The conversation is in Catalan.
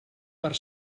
per